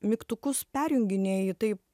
mygtukus perjunginėji taip